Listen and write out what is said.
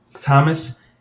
Thomas